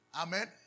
Amen